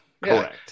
Correct